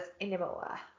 anymore